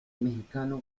mexicano